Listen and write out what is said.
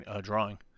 drawing